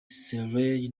carey